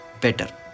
better